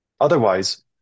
Otherwise